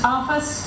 Office